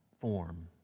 form